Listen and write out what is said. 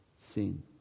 sin